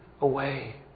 away